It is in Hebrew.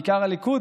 בעיקר הליכוד,